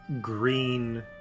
green